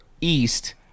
east